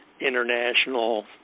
international